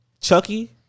Chucky